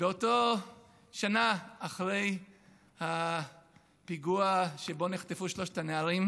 באותה שנה, אחרי הפיגוע שבו נחטפו שלושת הנערים,